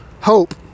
Hope